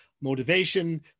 motivation